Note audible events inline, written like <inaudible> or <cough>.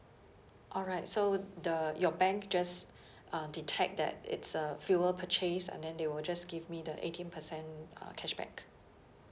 alright so the your bank just <breath> uh detect that it's a fuel purchase and then they will just give me the eighteen percent uh cashback